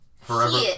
Forever